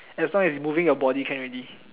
as long as you moving your body can already